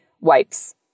wipes